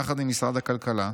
יחד עם משרד הכלכלה,